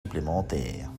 supplémentaires